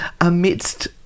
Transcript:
Amidst